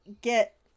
get